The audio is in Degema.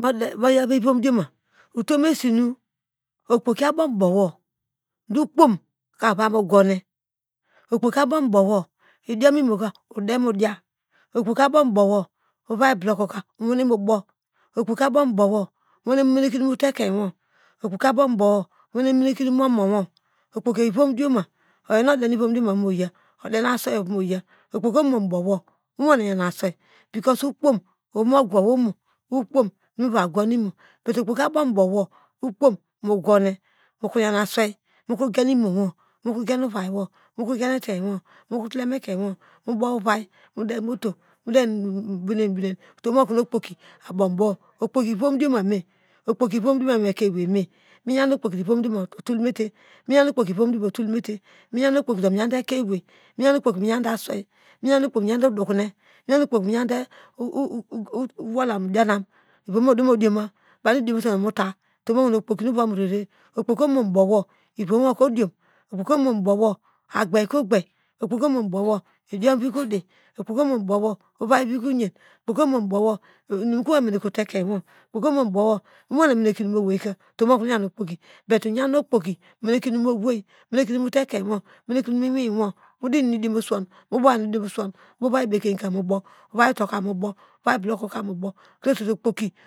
Modi moya vpheyi iphom dioma tom sinu okpoki abom bowo dokpom kapha mo gwione okpoki ambo bowo idiom ino ka ude mo diye okpoki abom obowo ophan blocko ka owane mobow okpoki abow bowo inuwan ne mene keinim mu omowo okpoki abow bowo mowane mene kinu mo ekein wo okpoki ivom dioma okpoki no oyolu nu aswei ova mu ya opoki abom obowo okpon mu gwo ne, okpoki abow bowoo ovai mu de motor ino de inunu obine, okpoki ivom diomame moekein ewei me miyan okpoki ivomdioma otol mete, mi yande okpokido miyande ekein yewe, okpoki omo bowo idiom vi ka udi, ovai vi ka oyan okpoki omu bowa ovomwo modi inum nu diomo sowo ovai bekein ka mobo ovai uto ka mubo ovai blocko ka mu bow